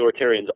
authoritarians